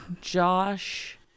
Josh